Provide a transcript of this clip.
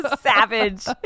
savage